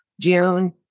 June